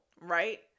right